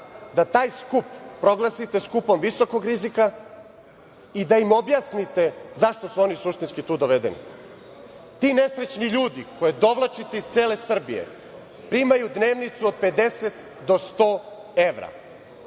da taj skup proglasite skupom visokog rizika i da im objasnite zašto su oni su suštinski dovedeni tu. Ti nesrećni ljudi koje dovodite iz cele Srbije, primaju dnevnicu od 50 do 100 evra.